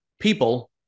People